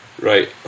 right